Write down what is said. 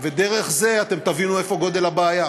ודרך זה אתם תבינו מה גודל הבעיה: